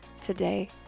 today